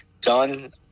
done